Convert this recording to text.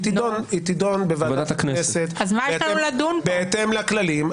היא תידון בוועדת הכנסת בהתאם לכללים.